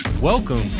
Welcome